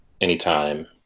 Anytime